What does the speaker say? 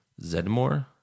zedmore